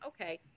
okay